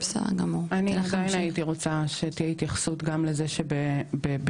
אני גם הייתי רוצה שתהיה התייחסות גם לזה שבכל